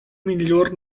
miglior